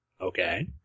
Okay